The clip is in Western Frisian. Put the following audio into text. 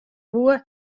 woe